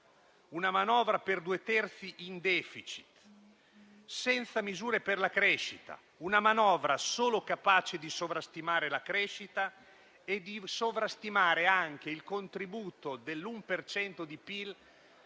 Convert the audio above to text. Una manovra per due terzi in *deficit*, senza misure per la crescita, una manovra solo capace di sovrastimare la crescita e di sovrastimare anche il contributo dell'1 per